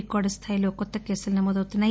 record స్థాయిలో కొత్త కేసులు నమోదవుతున్నాయి